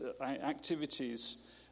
activities